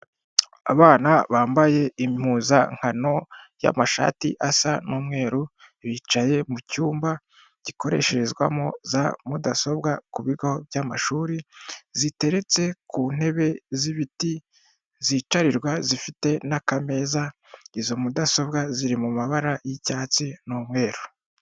Abana bambaye impuzankano y'amashati asa n'umweru, bicaye mu cyumba gikoresherezwamo za mudasobwa ku bigo by'amashuri, ziteretse ku ntebe z'ibiti zicarirwa, zifite n'akameza, izo mudasobwa ziri mu mabara y'icyatsi n'umweru.